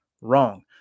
Wrong